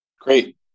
Great